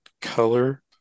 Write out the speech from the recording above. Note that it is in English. color